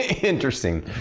interesting